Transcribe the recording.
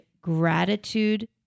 gratitude